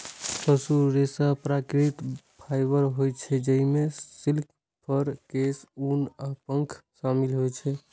पशु रेशा प्राकृतिक फाइबर होइ छै, जइमे सिल्क, फर, केश, ऊन आ पंख शामिल होइ छै